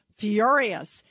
furious